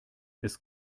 ist